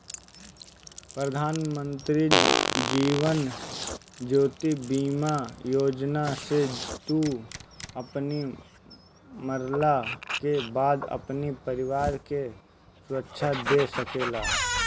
प्रधानमंत्री जीवन ज्योति बीमा योजना से तू अपनी मरला के बाद अपनी परिवार के सुरक्षा दे सकेला